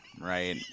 right